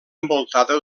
envoltada